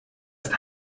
ist